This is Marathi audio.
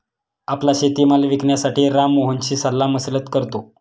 आपला शेतीमाल विकण्यासाठी राम मोहनशी सल्लामसलत करतो